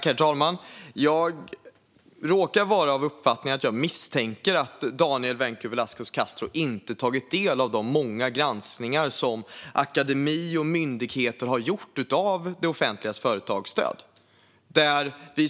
Herr talman! Jag råkar vara av den uppfattningen att jag misstänker att Daniel Vencu Velasquez Castro inte har tagit del av de många granskningar som akademi och myndigheter har gjort av det offentligas företagsstöd.